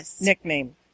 nickname